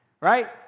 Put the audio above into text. right